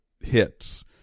hits